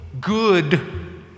good